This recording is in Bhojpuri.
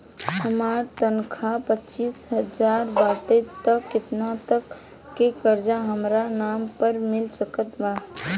हमार तनख़ाह पच्चिस हज़ार बाटे त केतना तक के कर्जा हमरा नाम पर मिल सकत बा?